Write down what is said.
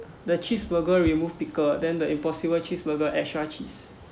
the cheeseburger remove pickle then the impossible cheeseburger extra cheese